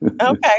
Okay